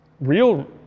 real